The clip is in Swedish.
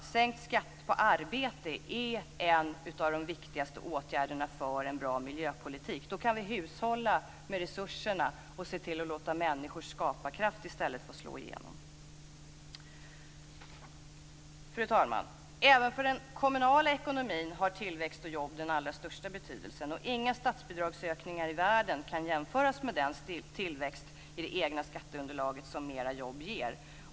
Sänkt skatt på arbete är en av de viktigaste åtgärderna för en bra miljöpolitik. Så kan vi hushålla med resurserna och se till att låta människors skaparkraft i stället få slå igenom. Fru talman! Även för den kommunala ekonomin har tillväxt och jobb den allra största betydelse. Inga statsbidragsökningar i världen kan jämföras med den tillväxt i det egna skatteunderlaget som fler jobb ger.